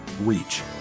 reach